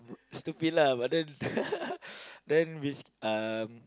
stupid lah but then then we um